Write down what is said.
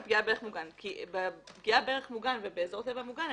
ופגיעה בערך מוגן כי פגיעה בערך מוגן ובאזור טבע מוגן,